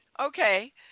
Okay